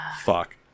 Fuck